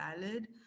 valid